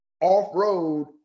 off-road